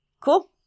Cool